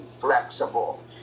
flexible